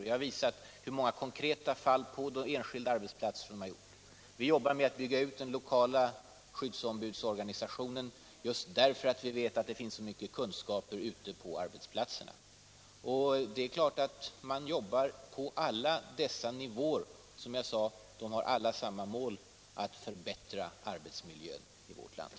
Jag har visat hur många konkreta fall på enskilda arbetsplatser som de har tagit upp. Vi vidgar den lokala skyddsombudsorganisationen just därför att vi vet att det finns så mycken kunskap ute på arbetsplatserna. Det är klart att när man jobbar på alla dessa nivåer har man samma mål, nämligen att förbättra arbetsmiljön i vårt land.